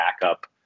backup